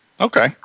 Okay